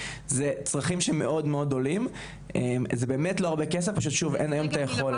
אלו דברים שלא עולים הרבה מאוד כסף אבל לחלק אין את היכולת.